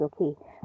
okay